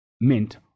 mint